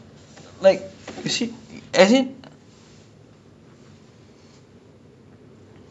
I mean like I can I can get it lah because of the I don't know how to pronounce it but it's the the hammer mjolnir or something like that